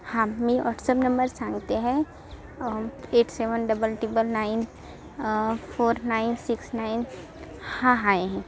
हा मी WhatsApp number सांगते आहे eight seven double triple nine four nine six nine हा आहे हे